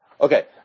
Okay